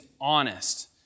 honest